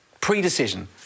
pre-decision